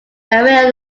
aware